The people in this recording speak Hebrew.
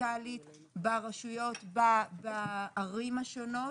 פרונטלית ברשויות בערים השונות,